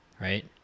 Right